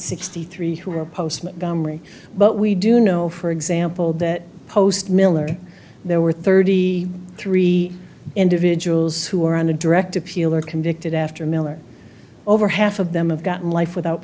comrie but we do know for example that post miller there were thirty three individuals who are on a direct appeal or convicted after miller over half of them have gotten life without